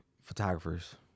photographers